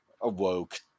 awoke